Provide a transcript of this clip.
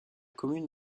commune